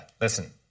Listen